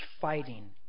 fighting